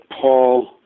Paul